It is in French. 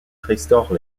restaure